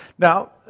Now